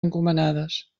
encomanades